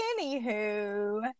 Anywho